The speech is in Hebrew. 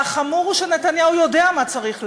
והחמור הוא שנתניהו יודע מה צריך לעשות.